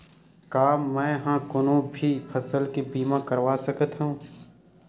का मै ह कोनो भी फसल के बीमा करवा सकत हव?